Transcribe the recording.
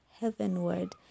heavenward